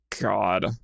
God